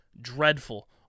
dreadful